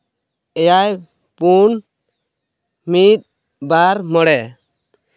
ᱮᱭᱟᱭ ᱯᱩᱱ ᱢᱤᱫ ᱵᱟᱨ ᱢᱚᱬᱮ